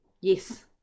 yes